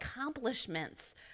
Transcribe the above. accomplishments